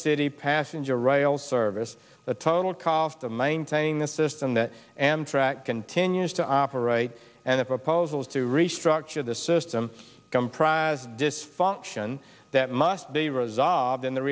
city passenger rail service the total cost of maintaining the system the amtrak continues to operate and the proposals to restructure the system comprise dysfunction that must be resolved in the